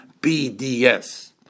BDS